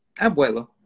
Abuelo